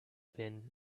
been